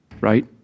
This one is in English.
right